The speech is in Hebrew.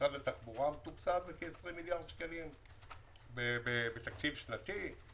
משרד התחבורה מתוקצב בכ-20 מיליארד שקלים בתקציב שנתי.